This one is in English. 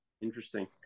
Interesting